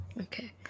Okay